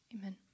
Amen